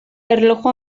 erloju